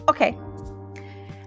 okay